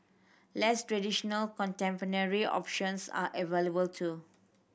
less traditional contemporary options are available too